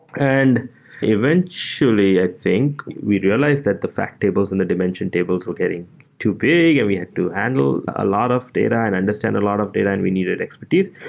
and eventually, i think, we realized that the fact tables and the dimension tables were getting too big to handle a lot of data and understand a lot of data and we needed expertise.